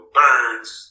birds